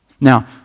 Now